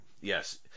Yes